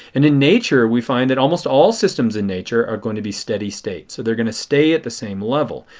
and in nature we find that almost all systems in nature are going to be steady state. so they are going to stay at the same level.